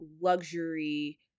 luxury